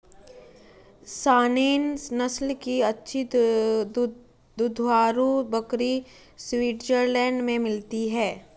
Saanen नस्ल की अच्छी दुधारू बकरी स्विट्जरलैंड में मिलती है